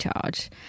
charge